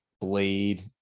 blade